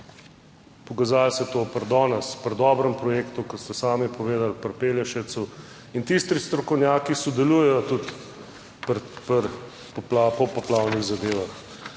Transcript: Pokazalo se je to danes pri dobrem projektu, kot ste sami povedali, pri Pelješcu. In tisti strokovnjaki sodelujejo tudi pri po poplavnih zadevah,